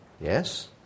yes